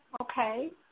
Okay